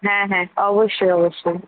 হ্যাঁ হ্যাঁ অবশ্যই অবশ্যই